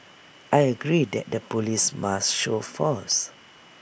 I agree that the Police must show force